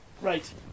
Right